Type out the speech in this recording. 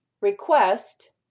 request